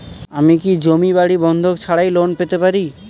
আমি কি জমি বাড়ি বন্ধক ছাড়াই লোন পেতে পারি?